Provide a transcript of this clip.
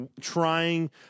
trying